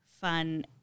fun